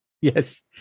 Yes